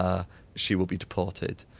ah she will be deported.